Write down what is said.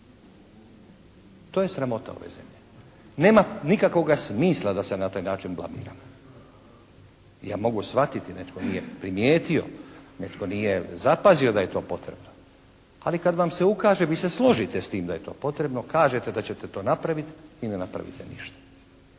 To je sramota ove zemlje. Nema nikakvoga smisla da se na taj način blamiram. Ja mogu shvatiti netko nije primijetio, netko nije zapazio da je to potrebno ali kad vam se ukaže vi se složite s tim da je to potrebno, kažete da ćete to napravit i ne napravite ništa.